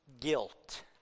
guilt